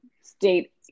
state